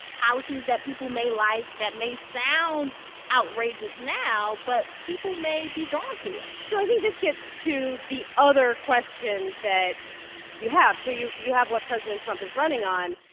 policies that people may like that may sound outrageous now, but people may be drawn to it? so i think this gets to the other question that you have. so you you have what president trump is running on.